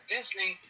Disney